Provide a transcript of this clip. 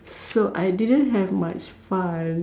so I didn't have much fun